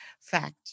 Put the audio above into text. fact